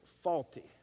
faulty